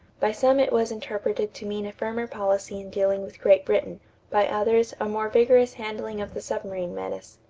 by some it was interpreted to mean a firmer policy in dealing with great britain by others, a more vigorous handling of the submarine menace.